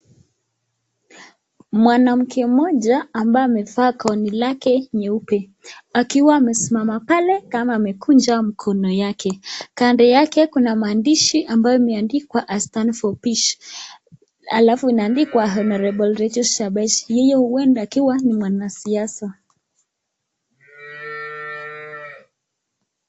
Mwanamke mmoja ambaye amevaa gauni yake nyeupe akiwa amesimama pale kama amekunja mkono wake. Kando yake kuna maandishi ambayo yameandikwa i stand for peace alafu ikaandikwa Hon Rachel Shebesh akiwa ni mwanasiasa.